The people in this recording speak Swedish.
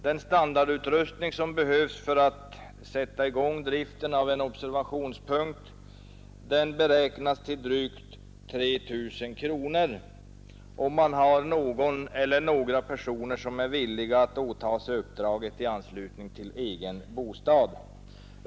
Den standardutrustning som behövs för att sätta i gång driften av en observationspunkt beräknas kosta drygt 3 000 kronor, om det finns någon eller några personer som är villiga att åtaga sig uppdraget i anslutning till egen bostad.